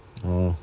orh